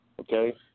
Okay